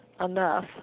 enough